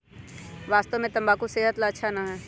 वास्तव में तंबाकू सेहत ला अच्छा ना है